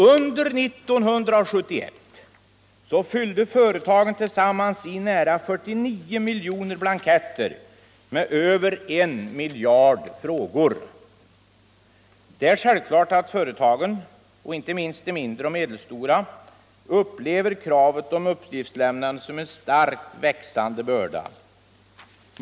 Under år 1971 fyllde företagen tillsammans i nära 49 miljoner blanketter med över en miljard frågor. Det är självklart att företagen, inte minst de mindre och medelstora, upplever kravet på uppgiftslämnande som en starkt växande börda.